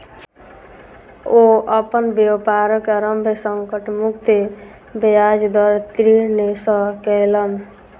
ओ अपन व्यापारक आरम्भ संकट मुक्त ब्याज दर ऋण सॅ केलैन